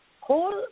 whole